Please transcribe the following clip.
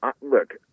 Look